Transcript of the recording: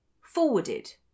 forwarded